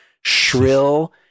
shrill